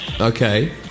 Okay